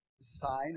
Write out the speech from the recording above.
sign